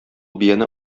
бияне